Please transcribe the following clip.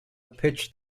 pitched